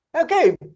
Okay